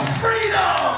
freedom